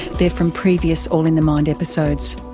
they are from previous all in the mind episodes.